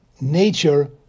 nature